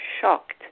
shocked